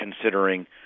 considering